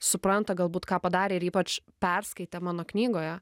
supranta galbūt ką padarė ir ypač perskaitė mano knygoje